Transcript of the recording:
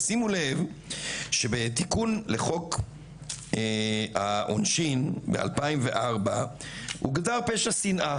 תשימו לב שבתיקון לחוק העונשין ב 2004 מוגדר פשע שנאה.